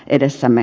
edessämme